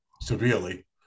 severely